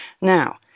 Now